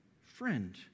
friend